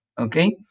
Okay